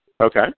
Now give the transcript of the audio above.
Okay